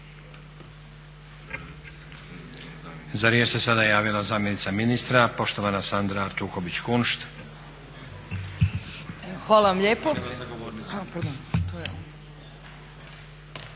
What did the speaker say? Za riječ se sada javila zamjenica ministra, poštovana Sandra Artuković Kunšt.